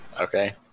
Okay